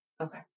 Okay